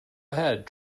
ahead